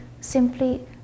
simply